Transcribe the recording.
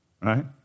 right